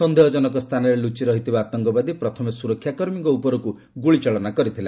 ସନ୍ଦେହଜନକ ସ୍ଥାନରେ ଲୁଚି ରହିଥିବା ଆତଙ୍କବାଦୀ ପ୍ରଥମେ ସୁରକ୍ଷାକର୍ମୀଙ୍କ ଉପରକୁ ଗୁଳିଚାଳନା କରିଥିଲା